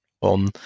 on